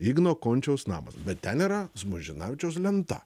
igno končiaus namas bet ten yra zmuižinavičiaus lenta